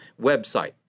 website